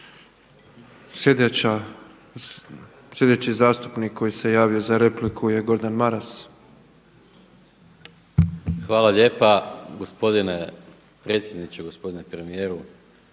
Sljedeći zastupnik koji se javio za repliku je Gordan Maras. **Maras, Gordan (SDP)** Hvala lijepa gospodine predsjedniče. Gospodine premijeru.